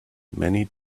many